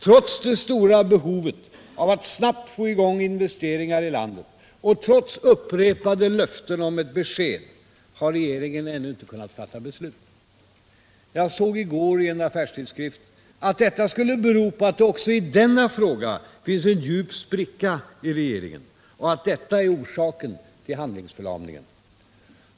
Trots det stora behovet av att snabbt få i gång investeringar i landet och trots upprepade löften om besked har regeringen ännu inte kunnat fatta ett beslut. Jag såg i går i en affärstidskrift att detta skulle bero på att det också i denna fråga finns en djup spricka i regeringen och att detta är orsaken till handlingsförlamningen.